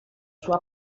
sua